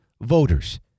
voters